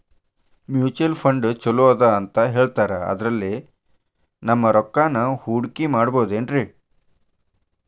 Mutual fund ಛಲೋ ಅದಾ ಅಂತಾ ಹೇಳ್ತಾರ ಅದ್ರಲ್ಲಿ ನಮ್ ರೊಕ್ಕನಾ ಹೂಡಕಿ ಮಾಡಬೋದೇನ್ರಿ?